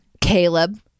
Caleb